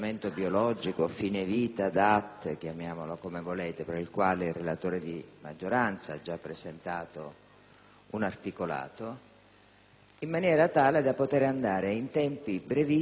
un articolato, in maniera tale da poter passare in tempi brevissimi alla discussione in Aula di un testo compiuto e - lasciatemi dire